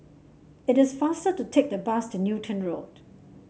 it is faster to take the bus to Newton Road